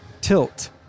Tilt